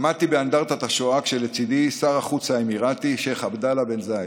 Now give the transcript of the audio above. עמדתי באנדרטת השואה ולצידי שר החוץ האמירתי שייח' עבדאללה בן זאייד.